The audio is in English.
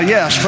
Yes